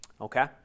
okay